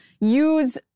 use